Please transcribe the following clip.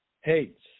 hates